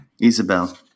Isabel